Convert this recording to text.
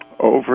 over